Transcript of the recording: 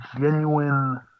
genuine